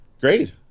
Great